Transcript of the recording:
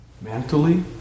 mentally